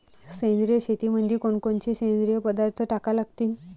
सेंद्रिय शेतीमंदी कोनकोनचे सेंद्रिय पदार्थ टाका लागतीन?